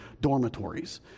dormitories